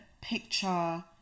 picture